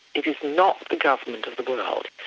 it is not the government of the world,